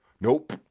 Nope